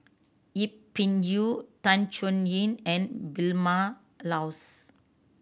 Yip Pin Xiu Tan Chuan Yin and Vilma Laus